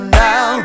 now